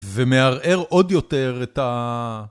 ומערער עוד יותר את ה...